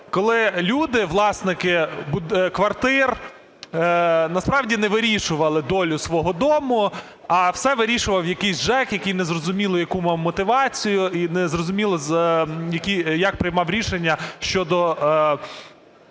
коли люди - власники квартир насправді не вирішували долю свого дому, а все вирішував якийсь ЖЕК, який незрозуміло яку мав мотивацію, і незрозуміло, як приймав рішення щодо